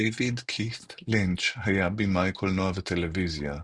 דייוויד קית' לינץ' היה במאי קולנוע וטלוויזיה,